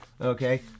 Okay